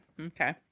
Okay